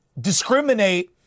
discriminate